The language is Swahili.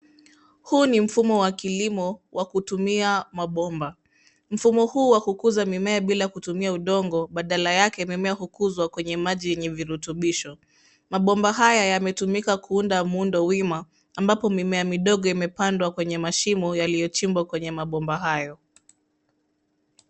Huu ni mfumo wa kilimo wa kutumia mabomba. Mfumo huu wa kukuza mimea bila kutumia udongo; badala yake mimea hukuzwa kwenye maji yenye rutubisho. Mabomba haya yametumika kuunda muundo wima ambapo mimea midogo imepandwa kwenye mashimo yaliyochimbwa kwenye mabomba hayo.